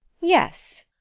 yes.